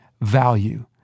value